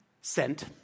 sent